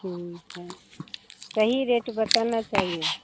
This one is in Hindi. ठीक है सही रेट बताना चाहिए